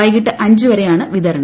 വൈകിട്ട് അഞ്ചുവരെയാണ് വിതരണം